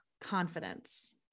confidence